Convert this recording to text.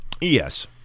Yes